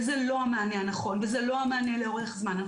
וזה לא המענה הנכון וזה לא המענה לאורך זמן.